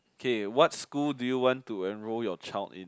K what school do you want to enroll your child in